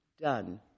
done